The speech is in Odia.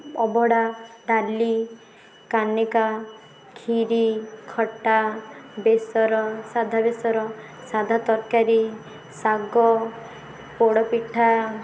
ଅବଢ଼ା ଡାଲି କାନିକା ଖିରି ଖଟା ବେସର ସାଧା ବେସର ସାଧା ତରକାରୀ ଶାଗ ପୋଡ଼ ପିଠା